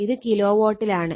ഇത് കിലോ വാട്ടിലാണ്